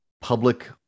public